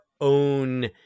own